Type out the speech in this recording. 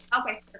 Okay